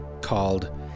called